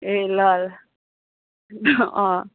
ए ल ल अँ